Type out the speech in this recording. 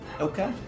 Okay